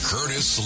Curtis